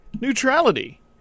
neutrality